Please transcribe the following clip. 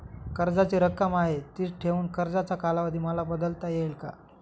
कर्जाची रक्कम आहे तिच ठेवून कर्जाचा कालावधी मला बदलता येईल का?